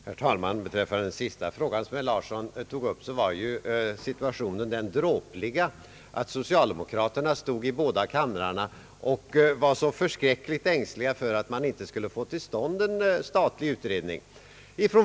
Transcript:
Herr talman! Beträffande detta sista som herr Larsson tog upp var ju situationen den dråpliga, att socialdemokraterna i båda kamrarna var förskräckligt ängsliga för att man inte skulle få till stånd en statlig utredning.